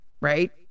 right